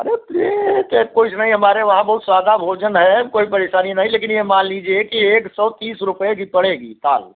अरे प्लेट कुछ नहीं हमारे वहाँ वो सादा भोजन है कोई परेशानी नही लेकिन ये मान लीजिए एक सौ तीस रुपये की पड़ेगी थाल